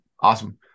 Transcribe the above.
Awesome